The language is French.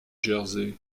jersey